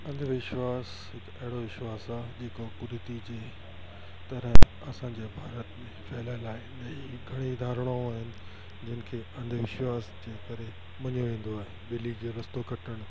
अंधविश्वास हिकु अहिड़ो विश्वास आहे जेको कुरीति जे तरह असांजे भारत में फैलियलु आहे नईं घणे ई धारणाऊं आहिनि जिन खे अंधविश्वास जे करे मञो वेंदो आहे ॿिली जो रस्तो कटणु